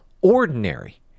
ordinary